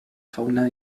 fauna